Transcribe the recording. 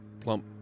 plump